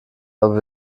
aber